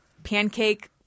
Pancake